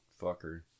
fucker